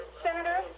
Senator